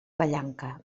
vallanca